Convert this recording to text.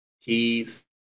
keys